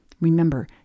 Remember